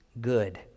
good